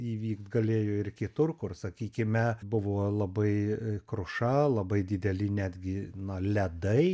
įvykt galėjo ir kitur kur sakykime buvo labai kruša labai dideli netgi na ledai